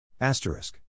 asterisk